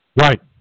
Right